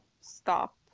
stop